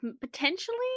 potentially